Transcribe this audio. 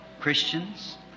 Christians